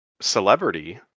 celebrity